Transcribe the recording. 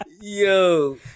yo